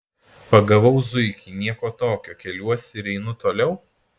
pagavau zuikį nieko tokio keliuosi ir einu toliau